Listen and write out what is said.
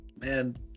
man